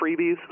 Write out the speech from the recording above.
freebies